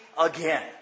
again